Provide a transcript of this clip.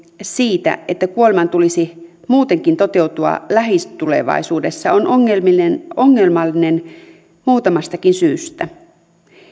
siitä että kuoleman tulisi muutenkin toteutua lähitulevaisuudessa on ongelmallinen ongelmallinen muutamastakin syystä